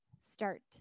start